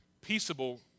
peaceable